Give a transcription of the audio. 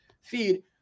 feed